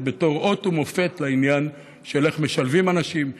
בתור אות ומופת לעניין של איך משלבים אנשים,